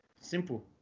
Simple